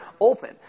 open